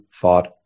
thought